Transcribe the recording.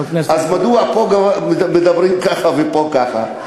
אז מדוע פה מדברים ככה ופה ככה?